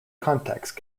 context